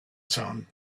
son